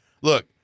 look